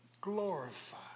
glorify